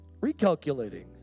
recalculating